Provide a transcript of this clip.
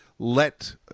Let